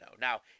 Now